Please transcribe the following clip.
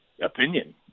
opinion